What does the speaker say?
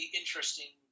interesting